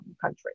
country